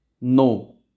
No